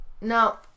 Now